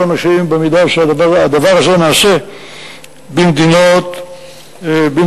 אנשים במידה שהדבר הזה נעשה במדינות חופשיות.